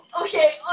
Okay